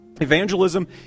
Evangelism